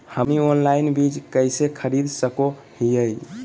हमनी ऑनलाइन बीज कइसे खरीद सको हीयइ?